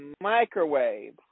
microwave